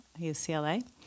UCLA